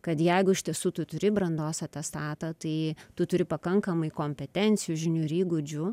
kad jeigu iš tiesų tu turi brandos atestatą tai tu turi pakankamai kompetencijų žinių ir įgūdžių